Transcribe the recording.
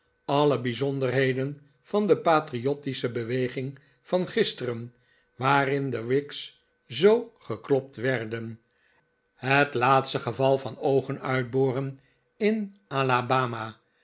alle bijzonderheden van de pratriottische beweging van gisteren waarin de whigs zoo geklopt werden het laatste geval van oogenuitboren in alabama